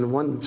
one